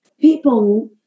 people